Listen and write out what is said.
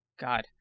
God